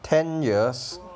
ten years